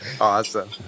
Awesome